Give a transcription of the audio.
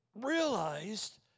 realized